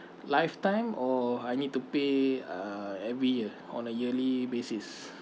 lifetime or I need to pay uh every year on a yearly basis